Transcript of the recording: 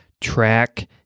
track